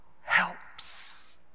helps